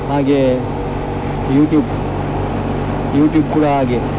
ಹಾಗೇ YouTube YouTube ಕೂಡ ಹಾಗೆ